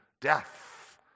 death